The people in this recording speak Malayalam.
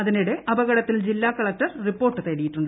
അതിനിടെ സംഭവത്തിൽ ജില്ലാ കളക്ടർ റിപ്പോർട്ട് തേടിയിട്ടുണ്ട്